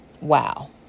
Wow